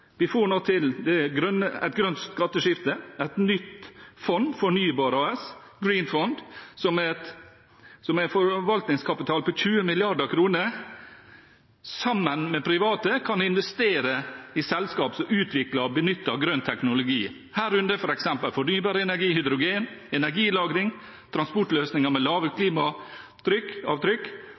Vi får nå til et grønt skatteskifte. Vi får til et nytt fond, Fornybar AS , som med en forvaltningskapital på 20 mrd. kr sammen med private kan investere i selskaper som utvikler og benytter grønn teknologi, herunder f.eks. fornybar energi, hydrogen, energilagring, transportløsninger med lave